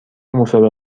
مسابقه